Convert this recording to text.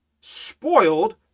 spoiled